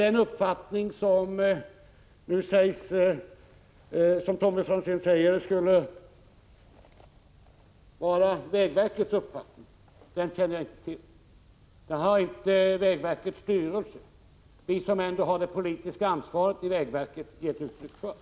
Den uppfattning som Tommy Franzén säger skulle vara vägverkets känner jag inte till. Den uppfattningen har inte vägverkets styrelse, som har det politiska ansvaret i vägverket, gett uttryck för.